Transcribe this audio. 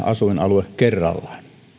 asuinalue kerrallaan